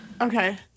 Okay